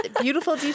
Beautiful